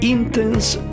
Intense